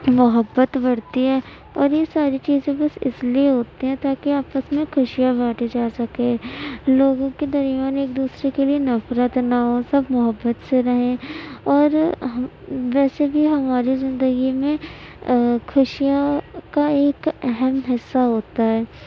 محبت بڑھتی ہے اور یہ ساری چیزیں بس اس لیے ہوتی ہیں تاکہ آپس میں خوشیاں بانٹی جا سکے لوگوں کے درمیان ایک دوسرے کے لیے نفرت نہ ہو سب محبت سے رہیں اور ہم ویسے بھی ہمارے زندگی میں خوشیاں کا ایک اہم حصہ ہوتا ہے